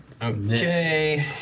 Okay